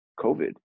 COVID